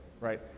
right